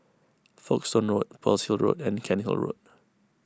Folkestone Road Pearl's Hill Road and Cairnhill Road